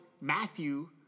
Matthew